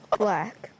black